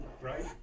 Right